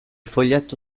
foglietto